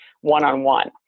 one-on-one